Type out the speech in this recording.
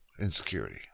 insecurity